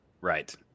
Right